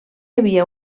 havia